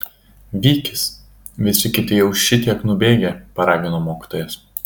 vykis visi kiti jau šitiek nubėgę paragino mokytojas